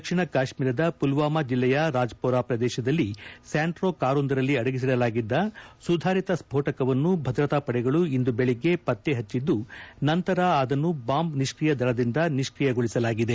ದಕ್ಷಿಣ ಕಾಶ್ಮೀರದ ಪುಲ್ವಾಮಾ ಜಿಲ್ಲೆಯ ರಾಜ್ಹೋರಾ ಪ್ರದೇಶದಲ್ಲಿ ಸ್ಯಾಂಟೋ ಕಾರೊಂದರಲ್ಲಿ ಅಡಗಿಸಿಲಾಗಿದ್ದ ಸುಧಾರಿತ ಸೋಟಕವನ್ನು ಭದ್ರತಾ ಪಡೆಗಳು ಇಂದು ಬೆಳಗ್ಗೆ ಪತ್ತೆಹಚ್ಚಿದ್ದು ನಂತರ ಅದನ್ನು ಬಾಂಬ್ ನಿಷ್ಕಿಯ ದಳದಿಂದ ನಿಷ್ಕಿಯಗೊಳಿಸಲಾಗಿದೆ